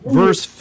verse